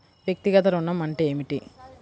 వ్యక్తిగత ఋణం అంటే ఏమిటి?